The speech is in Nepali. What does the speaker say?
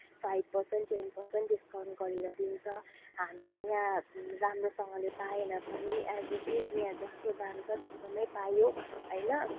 five percent ten percent discount गरेर दिन्छ हामीले यहाँ राम्रोसँगले पाएन पनि एज इट इज यहाँ जस्तो दाम छ त्यस्तोमै पायो होइन